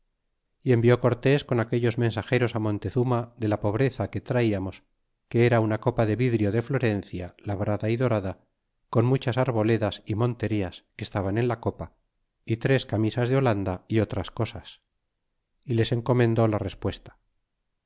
y envió cortes con aquellos mensageros á mordezuma de la pobreza pie traiamos que era una copa de vidrio de florencia labrada y dorada con muchas arboledas y monterías que estaban en la copa y tres camisas de olanda y otras cosas y les encomendó la respuesta